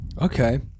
okay